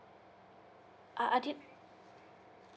ah I did